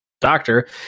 doctor